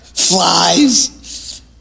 Flies